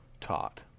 taught